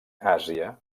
àsia